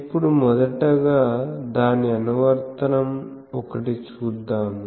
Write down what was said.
ఇప్పుడు మొదటగా దాని అనువర్తనం ఒకటి చూద్దాము